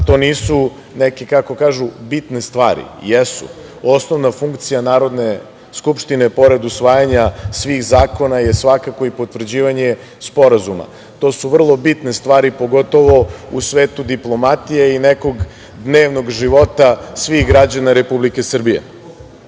to nisu neke, kako kažu, bitne stvari. Jesu. Osnovna funkcija Narodne skupštine, pored usvajanja svih zakona, je svakako i potvrđivanje sporazuma. To su vrlo bitne stvari, pogotovo u svetu diplomatije i nekog dnevnog života svih građana Republike